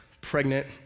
pregnant